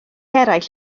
eraill